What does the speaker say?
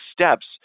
steps